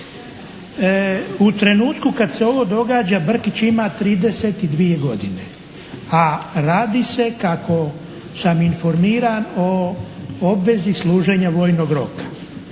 U trenutku kad se ovo događa Brkić ima 32 godine, a radi se kako sam informiran o obvezi služenja vojnog roka.